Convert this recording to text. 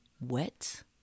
wet